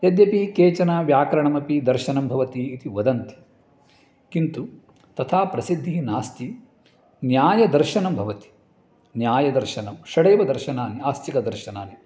यद्यपि केचन व्याकरणमपि दर्शनं भवति इति वदन्ति किन्तु तथा प्रसिद्धिः नास्ति न्यायदर्शनं भवति न्यायदर्शनं षडेवदर्शनानि आस्तिकदर्शनानि